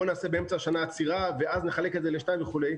בואו נעשה באמצע השנה עצירה ואז נחלק את זה לשניים וכו'.